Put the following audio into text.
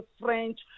French